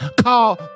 call